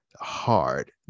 hard